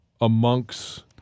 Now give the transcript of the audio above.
amongst